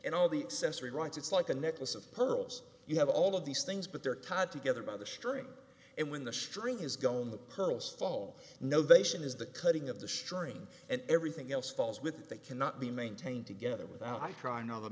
and all the accessory rights it's like a necklace of pearls you have all of these things but they're tied together by the string and when the string is gone the pearls fall no they should is the cutting of the string and everything else falls with they cannot be maintained together without i try anot